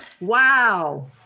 Wow